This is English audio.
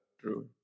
True